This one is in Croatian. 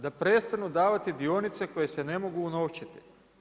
Da prestanu davati dionice, koje se ne mogu unovčiti?